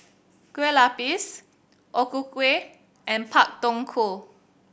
Kueh Lapis O Ku Kueh and Pak Thong Ko